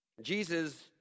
Jesus